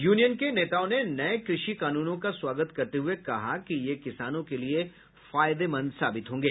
union के नेताओं ने नए क्रषि कानूनों का स्वागत करते हुए कहा कि ये किसानों के लिए फायदेमंद साबित होंगे